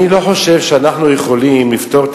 אני לא חושב שאנחנו יכולים לפתור את